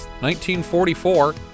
1944